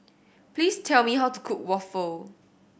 please tell me how to cook waffle